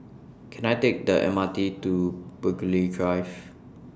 Can I Take The M R T to Burghley Drive